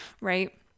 right